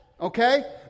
okay